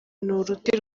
uruti